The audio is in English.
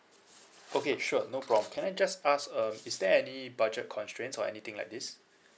okay sure no problem can I just ask uh is there any budget constraints or anything like this